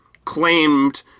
claimed